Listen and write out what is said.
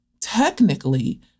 technically